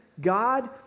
God